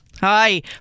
Hi